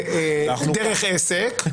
דרך עסק,